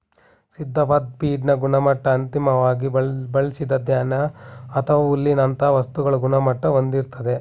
ಸಿದ್ಧವಾದ್ ಫೀಡ್ನ ಗುಣಮಟ್ಟ ಅಂತಿಮ್ವಾಗಿ ಬಳ್ಸಿದ ಧಾನ್ಯ ಅಥವಾ ಹುಲ್ಲಿನಂತ ವಸ್ತುಗಳ ಗುಣಮಟ್ಟ ಹೊಂದಿರ್ತದೆ